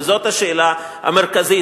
וזאת השאלה המרכזית,